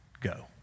go